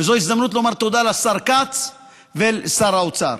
וזו הזדמנות לומר תודה לשר כץ ולשר האוצר: